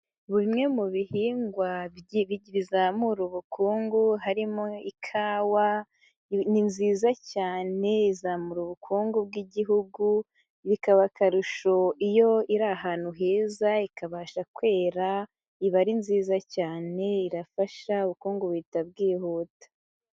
Bimwe mu bihingwa bizamura ubukungu, harimo ikawa ni nziza cyane, izamura ubukungu bw'igihugu, bikaba akarusho iyo iri ahantu heza, ikabasha kwera, iba ari nziza cyane, irafasha, ubukungu buhita bwihuta.